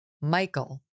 Michael